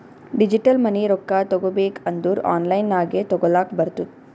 digital money ರೊಕ್ಕಾ ತಗೋಬೇಕ್ ಅಂದುರ್ ಆನ್ಲೈನ್ ನಾಗೆ ತಗೋಲಕ್ ಬರ್ತುದ್